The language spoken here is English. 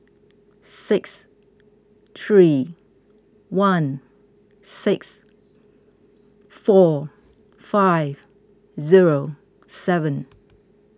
six three one six four five zero seven